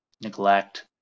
neglect